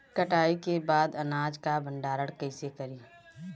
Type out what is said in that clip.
कटाई के बाद अनाज का भंडारण कईसे करीं?